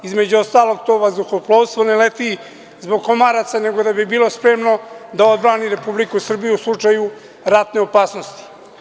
Između ostalog, to vazduhoplovstvo ne leti zbog komaraca, nego da bi bilo spremno da odbrani Republiku Srbiju u slučaju ratne opasnosti.